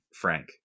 Frank